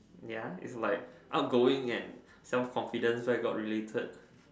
ya it's like outgoing and self confidence where got related